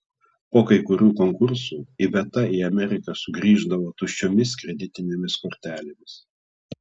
po kai kurių konkursų iveta į ameriką sugrįždavo tuščiomis kreditinėmis kortelėmis